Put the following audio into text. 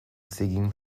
singing